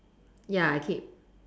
ya I keep